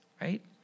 right